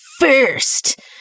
first